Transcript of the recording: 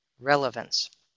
relevance